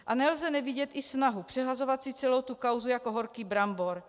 A nelze nevidět i snahu, přehazovat si celou tu kauzu jako horký brambor.